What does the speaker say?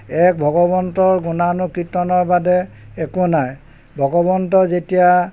এক ভগৱন্তৰ গুণানুকীৰ্তনৰ বাদে একো নাই ভগৱন্ত যেতিয়া